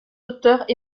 auteurs